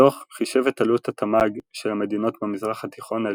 הדו"ח חישב את עלות התמ"ג של המדינות במזרח התיכון על